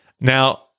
Now